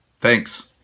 Thanks